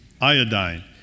Iodine